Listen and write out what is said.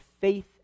faith